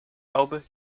laube